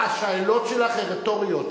השאלות שלך הן רטוריות.